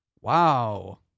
wow